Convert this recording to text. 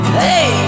hey